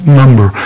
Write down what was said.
number